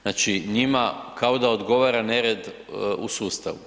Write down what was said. Znači, njima kao da odgovara nered u sustavu.